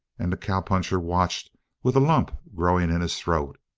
and the cowpuncher watched with a lump growing in his throat.